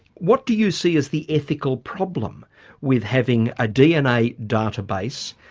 what do you see as the ethical problem with having a dna database?